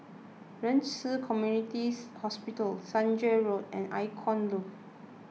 Ren Ci Community Hospital Senja Road and Icon Loft